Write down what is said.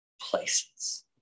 places